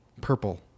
purple